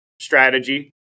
strategy